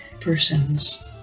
persons